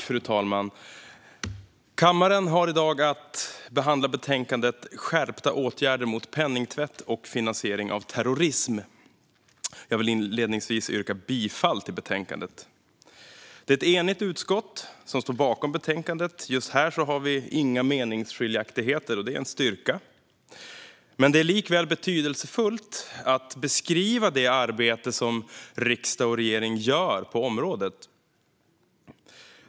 Fru talman! Kammaren har i dag att behandla betänkandet Skärpta åtgärder mot penningtvätt och finansiering av terrorism . Jag vill inledningsvis yrka bifall till förslaget. Det är ett enigt utskott som står bakom betänkandet. Just här har vi inga meningsskiljaktigheter, och det är en styrka. Men det är likväl betydelsefullt att beskriva det arbete som riksdag och regering gör på området.